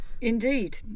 Indeed